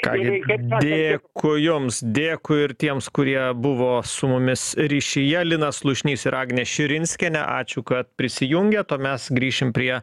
ką gi dėkui jums dėkui ir tiems kurie buvo su mumis ryšyje linas slušnys ir agnė širinskienė ačiū kad prisijungėt o mes grįšim prie